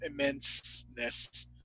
immenseness